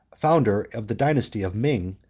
founder of the dynasty of ming,